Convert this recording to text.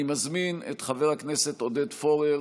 אני מזמין את חבר הכנסת עודד פורר